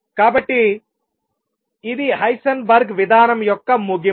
కాబట్టి ఇది హైసెన్బర్గ్ విధానం యొక్క ముగింపు